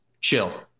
chill